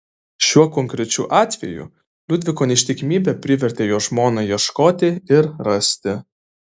šiuo konkrečiu atveju liudviko neištikimybė privertė jo žmoną ieškoti ir rasti